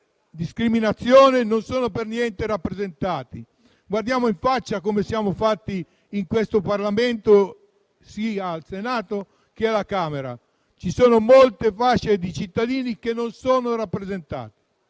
discriminazione, non sono per niente rappresentate. Guardiamo alla composizione di questo Parlamento, sia al Senato sia alla Camera: ci sono molte fasce di cittadini che non sono rappresentate,